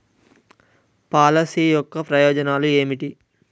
Policy యొక్క ప్రయోజనాలు ఏమిటి?